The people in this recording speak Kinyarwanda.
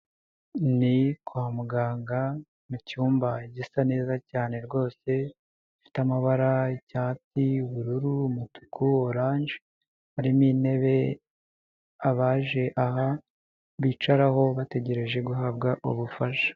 Ni kwa muganga mu cyumba gisa neza cyane rwose, gifite amabara icyatsi, ubururu umutuku, oranje, harimo intebe abaje aho bicaraho bategereje guhabwa ubufasha.